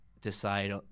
decide